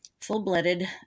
full-blooded